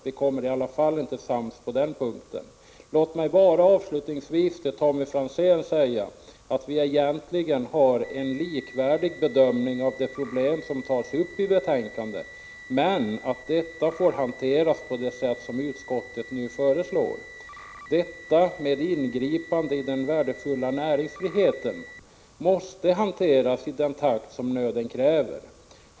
Vi blir i alla fall inte sams på denna punkt. Låt mig bara avslutningsvis till Tommy Franzén säga att vi egentligen har en likvärdig bedömning av de problem som tas upp i betänkandet, men att dessa får hanteras på det sätt som utskottet föreslår. Ingripanden i den värdefulla näringsfriheten måste hanteras i den takt som nöden kräver.